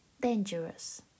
Dangerous